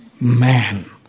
man